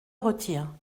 retire